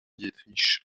dietrich